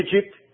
Egypt